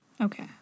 Okay